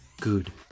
good